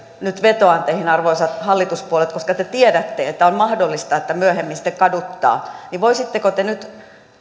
nyt vetoan teihin arvoisat hallituspuolueet koska te tiedätte että on mahdollista että myöhemmin sitten kaduttaa niin voisitteko te nyt